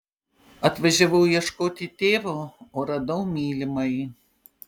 atvažiavau ieškoti tėvo o radau mylimąjį